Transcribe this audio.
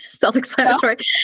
self-explanatory